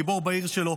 גיבור בעיר שלו,